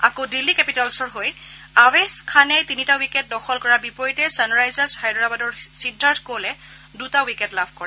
আকৌ দিল্লী কেপিটেলচৰ হৈ আৱেশ খানে তিনিটা উইকেট দখল কৰাৰ বিপৰীতে ছানৰাইজাৰ্চ হাইদৰাবাদৰ সিদ্ধাৰ্থ কৌলে দুটা উইকেট লাভ কৰে